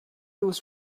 was